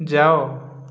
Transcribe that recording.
ଯାଅ